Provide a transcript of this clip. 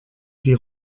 die